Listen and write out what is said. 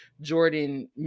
Jordan